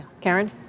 Karen